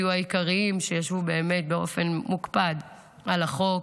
הם היו העיקריים שישבו באמת באופן מוקפד על החוק,